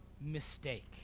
mistake